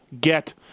Get